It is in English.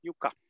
Yuka